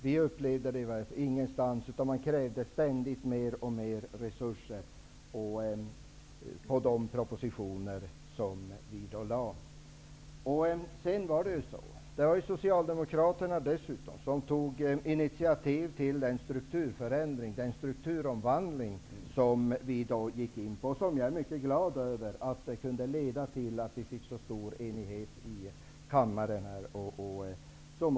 Vi upplevde att det inte var någonstans, utan man krävde ständigt mer och mer resurser i förhållande till de propositioner som Socialdemokraterna lade fram. Det var dessutom Socialdemokraterna som tog initiativ till den strukturförändring, den strukturomvandling, som skedde. Jag är mycket glad över att den kunde leda till att vi fick en så stor enighet i kammaren.